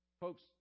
Folks